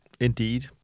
indeed